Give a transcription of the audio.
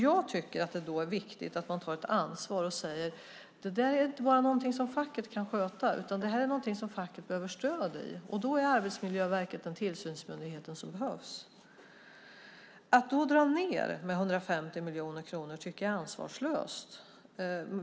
Det är viktigt att ta ansvar och säga att det här inte är något som bara facket kan sköta utan att det är något som facket behöver stöd i. Då är Arbetsmiljöverket den tillsynsmyndighet som behövs. Att då dra ned med 150 miljoner kronor är ansvarslöst.